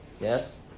Yes